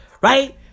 right